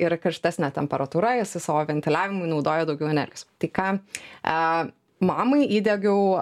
yra karštesnė temperatūra jisai savo ventiliavimui naudoja daugiau energijos tai ką aaa mamai įdiegiau